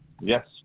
Yes